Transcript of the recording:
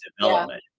development